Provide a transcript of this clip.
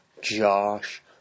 Josh